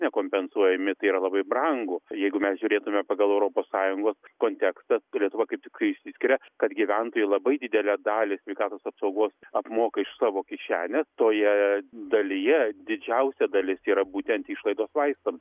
nekompensuojami tai yra labai brangu jeigu mes žiūrėtume pagal europos sąjungos kontekstą lietuva kaip tik išsiskiria kad gyventojai labai didelę dalį sveikatos apsaugos apmoka iš savo kišenės toje dalyje didžiausia dalis yra būtent išlaidos vaistams